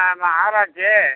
ஆமாம் நகராட்சி